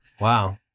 Wow